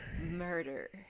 murder